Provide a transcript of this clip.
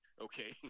okay